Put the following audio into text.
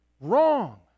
Wrong